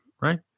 right